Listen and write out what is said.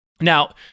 now